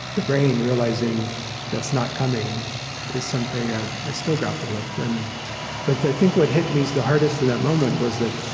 the brain realizing that's not coming is something i i still grapple with. and but i think what hit me the hardest in that moment was that